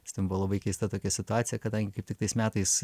nes ten buvo labai keista tokia situacija kadangi kaip tik tais metais